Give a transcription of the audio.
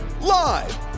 Live